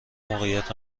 موقعیت